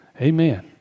Amen